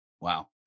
Wow